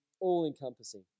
all-encompassing